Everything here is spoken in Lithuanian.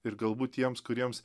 ir galbūt tiems kuriems